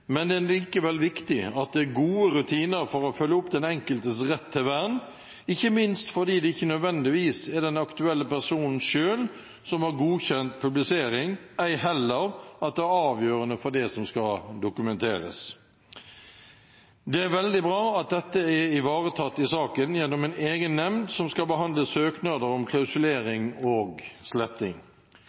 men det er likevel viktig at det er gode rutiner for å følge opp den enkeltes rett til vern, ikke minst fordi det ikke nødvendigvis er den aktuelle personen selv som har godkjent publisering, ei heller at det er avgjørende for det som skal dokumenteres. Det er veldig bra at dette er ivaretatt i saken gjennom en egen nemnd som skal behandle søknader om klausulering og sletting.